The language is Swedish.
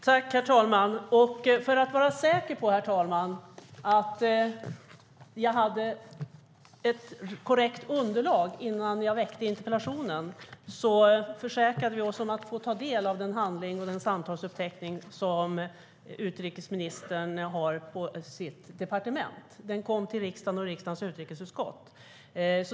Herr talman! För att vara säker på att jag hade ett korrekt underlag innan jag väckte interpellationen försäkrade vi oss om att få ta del av den handling, de samtalsuppteckningar, som utrikesministern har på sitt departement. Den kom till riksdagens utrikesutskott.